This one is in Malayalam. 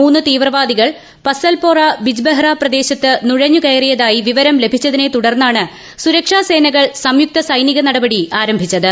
മൂന്ന് തീവ്രവാദികൾ പസൽപോറ ബിജ്ബെഹ്റ പ്രദേശത്ത് നുഴഞ്ഞ് കയറിയതായി പിവരം ലഭിച്ചതിനെ തുടർന്നാണ് സൂരക്ഷാ സേനകൾ സംയുക്ത സൈനിക നടപടി ആരംഭിച്ചത്